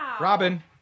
Robin